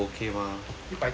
一百多